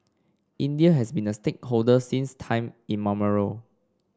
India has been a stakeholder since time immemorial